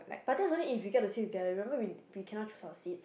but that's only if we get to the seat together remember we cannot choose our seat